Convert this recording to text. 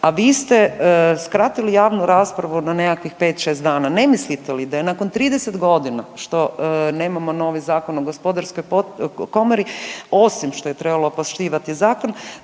a vi ste skratili javnu raspravu na nekakvih 5-6 dana. Ne mislite li da je nakon 30 godina što nemamo novi Zakon o gospodarskoj komori osim što je trebalo poštivati zakon